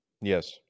yes